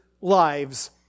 lives